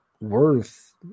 worth